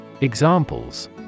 Examples